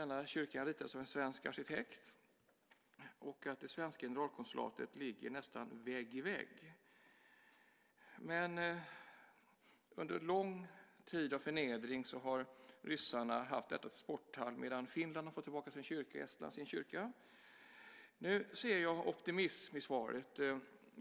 Denna kyrka ritades av en svensk arkitekt, och det svenska generalkonsulatet ligger nästan vägg i vägg. Under lång tid av förnedring har dock ryssarna haft kyrkan till sporthall, medan Finland och Estland har fått tillbaka sina kyrkor. Nu ser jag optimism i svaret.